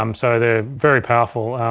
um so they're very powerful.